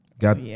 got